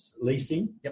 leasing